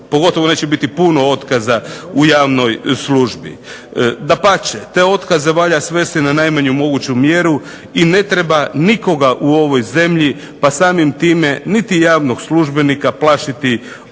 pogotovo neće biti puno otkaza u javnoj službi. Dapače, te otkaze valja svesti na najmanju moguću mjeru i ne treba nikoga u ovoj zemlji pa samim time niti javnog službenika plašiti otkazom.